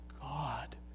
God